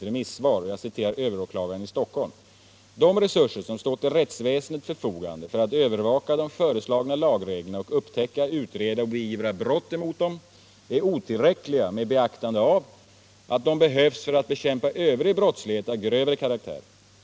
Överåklagaren i Stockholm säger: ”De resurser, som står till rättsväsendets förfogande för att övervaka de föreslagna lagreglerna och upptäcka, utreda och beivra brott emot dem, är otillräckliga med beaktande av att de behövs för att bekämpa övrig brottslighet av grövre karaktär.